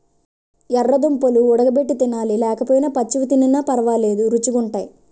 యెర్ర దుంపలు వుడగబెట్టి తినాలి లేకపోయినా పచ్చివి తినిన పరవాలేదు రుచీ గుంటయ్